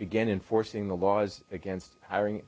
again enforcing the laws against hiring